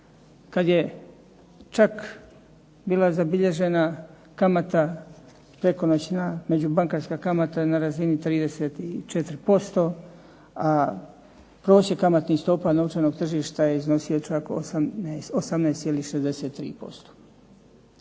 kad je čak bila zabilježena kamata prekonoćna međubankarska kamata na razini 34%, a prosjek kamatnih stopa novčanog tržišta je iznosio čak 18,63%.